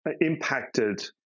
impacted